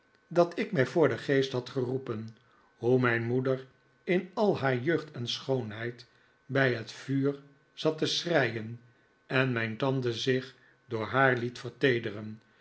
dat ik mij voor den geest had geroepen hoe mijn moed r in al haar jeugd en schoonheid bij het vuur zat te schreien en mijn tante zich door haar liet